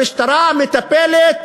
המשטרה מטפלת